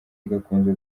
gakunze